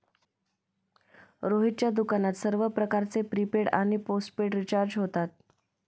रोहितच्या दुकानात सर्व प्रकारचे प्रीपेड आणि पोस्टपेड रिचार्ज होतात